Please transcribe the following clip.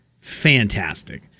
fantastic